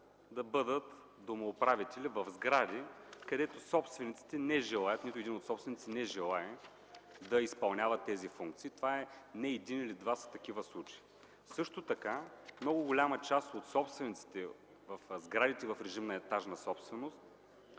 да бъдат домоуправители в сгради, където нито един от собствениците не желае да изпълнява тези функции. Не един или два са такива случаи. Също така, много голяма част от собствениците в сградите в режим на етажна собственост